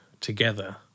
together